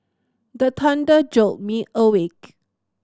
the thunder jolt me awake